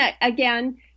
again